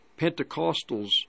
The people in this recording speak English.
Pentecostals